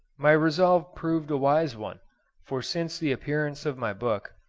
my resolve proved a wise one for since the appearance of my book,